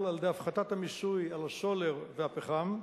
על-ידי הפחתת המיסוי על הסולר והפחם.